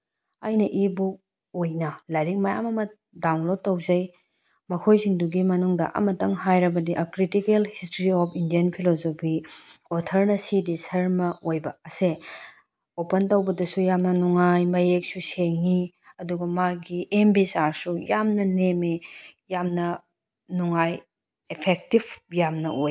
ꯑꯩꯅ e book ꯑꯣꯏꯅ ꯂꯥꯏꯔꯤꯛ ꯃꯌꯥꯝ ꯑꯃ ꯗꯥꯎꯟꯂꯣꯠ ꯇꯧꯖꯩ ꯃꯈꯣꯏꯁꯤꯡꯗꯨꯒꯤ ꯃꯅꯨꯡꯗ ꯑꯃꯇꯪ ꯍꯥꯏꯔꯕꯗꯤ a critical history of Indian philosophy ꯑꯣꯊꯔꯅ ꯁꯤ ꯗꯤ ꯁꯔꯃ ꯑꯣꯏꯕ ꯑꯁꯦ ꯑꯣꯄꯟ ꯇꯧꯕꯗꯁꯨ ꯌꯥꯝꯅ ꯅꯨꯡꯉꯥꯏ ꯃꯌꯦꯛꯁꯨ ꯁꯦꯡꯏ ꯑꯗꯨꯒ ꯃꯥꯒꯤ ꯑꯦꯝ ꯕꯤ ꯆꯥꯔꯖꯁꯨ ꯌꯥꯝꯅ ꯅꯦꯝꯃꯤ ꯌꯥꯝꯅ ꯅꯨꯡꯉꯥꯏ ꯑꯦꯐꯦꯛꯇꯤꯞ ꯌꯥꯝꯅ ꯑꯣꯏ